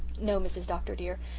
no, mrs. dr. dear,